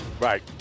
Right